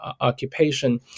occupation